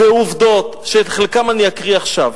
אדוני היושב-ראש, חברי חברי הכנסת, בחלם היה גשר,